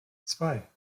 zwei